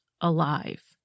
alive